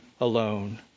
alone